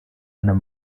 einem